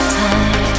time